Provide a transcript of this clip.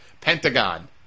Pentagon